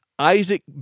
Isaac